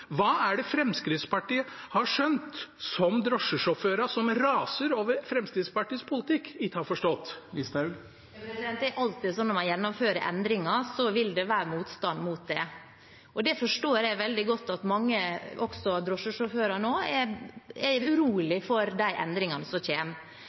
Hva er det Fremskrittspartiet har skjønt som drosjesjåførene, som raser over Fremskrittspartiet politikk, ikke har forstått? Det er alltid slik at når man gjennomfører endringer, vil det være motstand mot det. Derfor forstår jeg veldig godt at mange drosjesjåfører nå er